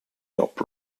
top